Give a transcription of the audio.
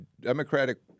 Democratic